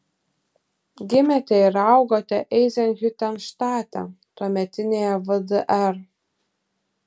gimėte ir augote eizenhiutenštate tuometinėje vdr